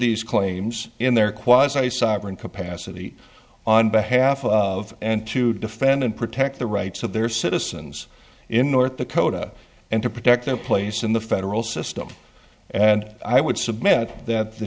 these claims in their quasi sovereign capacity on behalf of and to defend and protect the rights of their citizens in north dakota and to protect their place in the federal system and i would submit that the